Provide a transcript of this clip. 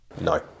No